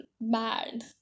bad